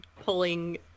pulling